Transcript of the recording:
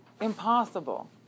impossible